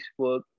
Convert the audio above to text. Facebook